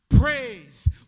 Praise